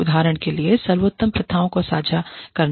उदाहरण के लिए सर्वोत्तम प्रथाओं को साझा करना